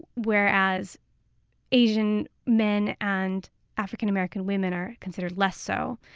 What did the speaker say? whereas asian men and african-american women are considered less so.